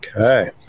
Okay